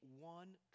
one